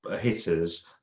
hitters